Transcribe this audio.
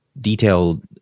detailed